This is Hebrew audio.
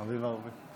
האביב הערבי.